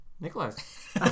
Nicholas